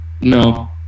No